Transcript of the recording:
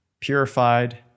purified